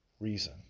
reason